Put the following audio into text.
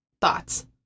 Thoughts